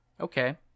okay